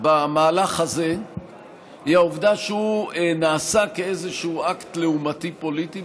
במהלך הזה היא העובדה שהוא נעשה כאיזשהו אקט לעומתי פוליטי,